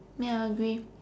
ya agree